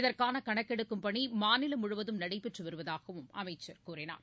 இதற்கான கணக்கெடுக்கும் பணி மாநிலம் முழுவதும் நடைபெற்று வருவதாகவும் அமைச்சர் கூறினார்